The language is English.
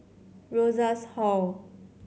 Rosas Hall